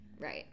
Right